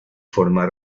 forma